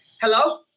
Hello